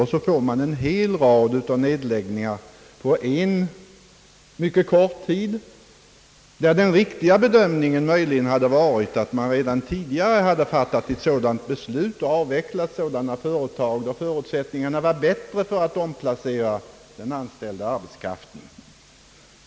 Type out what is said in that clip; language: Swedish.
På så sätt får man en hel rad av nedläggningar på en mycket kort tid. Den riktiga bedömningen hade kanske i stället varit att man borde ha fattat beslut om att avveckla företaget i fråga redan i ett skede då förutsättningarna var bättre för att omplacera den anställda arbetskraften.